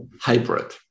hybrid